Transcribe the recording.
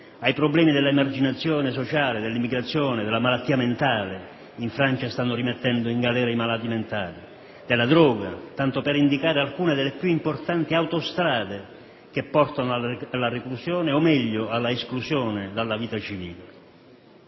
ai problemi dell'emarginazione sociale, dell'immigrazione, della malattia mentale (in Francia stanno rimettendo in galera i malati mentali) e della droga, tanto per indicare alcune delle più importanti autostrade che portano alla reclusione o, meglio, all'esclusione dalla vita civile.